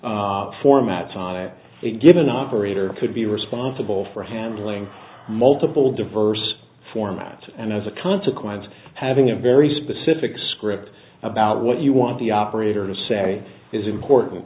formats on a given operator could be responsible for handling multiple diverse formats and as a consequence having a very specific script about what you want the operator to say is important